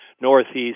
northeast